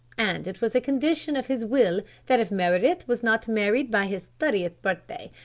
and it was a condition of his will that if meredith was not married by his thirtieth birthday,